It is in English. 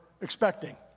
expecting